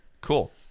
cool